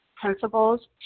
principles